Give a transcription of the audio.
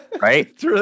Right